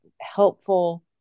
helpful